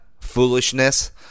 foolishness